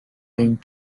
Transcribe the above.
being